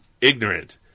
ignorant